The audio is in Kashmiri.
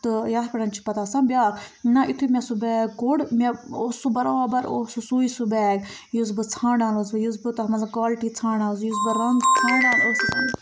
تہٕ یَتھ پٮ۪ٹھ چھِ پَتہٕ آسان بیٛاکھ نہَ یُتھُے مےٚ سُہ بیگ کوٚر مےٚ اوس سُہ بَرابر اوس سُہ سُے سُہ بیگ یُس بہٕ ژھانٛڈان ٲسٕس یُس بہٕ تَتھ منٛز کالٹی ژھانٛڈان ٲسٕس یُس بہٕ رنٛگ ژھانٛڈان ٲسٕس